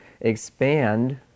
expand